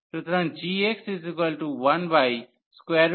সুতরাং gx1x